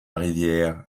rivière